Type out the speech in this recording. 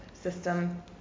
system